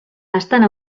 estant